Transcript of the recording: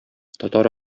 татар